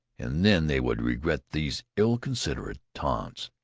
and then they would regret these ill-considered taunts!